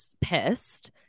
pissed